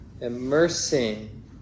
immersing